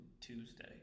Tuesday